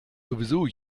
sowieso